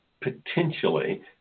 Potentially